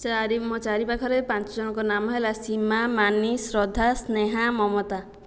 ଚାରି ମୋ' ଚାରିପାଖରେ ପାଞ୍ଚଜଣଙ୍କ ନାମ ହେଲା ସୀମା ମାନି ଶ୍ରଦ୍ଧା ସ୍ନେହା ମମତା